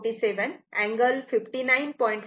47 angle 59